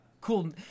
cool